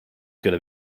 gonna